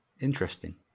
interesting